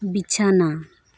ᱵᱤᱪᱷᱟᱱᱟ